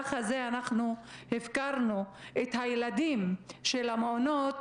שבמהלך הזה הפקרנו את הילדים של המעונות